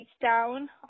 down